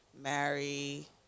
marry